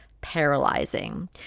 paralyzing